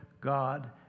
God